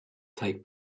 take